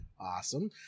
Awesome